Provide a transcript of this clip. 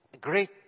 great